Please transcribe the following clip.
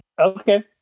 Okay